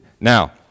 now